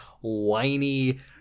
whiny